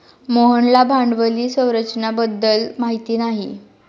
मोहनला भांडवली संरचना बद्दल माहिती नाही